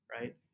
Right